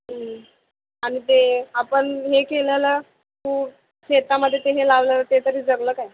आणि ते आपण हे केलेलं तू शेतामध्ये ते हे लावलेलं ते तरी जगलं काय